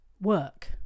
work